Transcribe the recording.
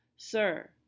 Sir